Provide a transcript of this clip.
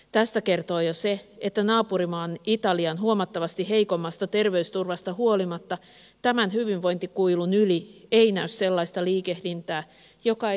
tästä kertoo jo se että naapurimaan italian huomattavasti heikommasta terveysturvasta huolimatta tämän hyvinvointikuilun yli ei näy sellaista liikehdintää joka ei selittyisi muulla tavoin